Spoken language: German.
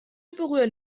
berühren